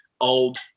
old